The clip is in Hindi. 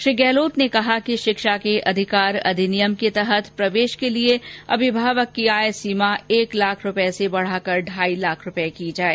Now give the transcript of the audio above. श्री गहलोत ने कहा कि शिक्षा के अधिकार अधिनियम के तहत प्रवेश के लिए अभिभावक की आय सीमा एक लाख रूपए से बढाकर ढाई लाख रूपए की जाए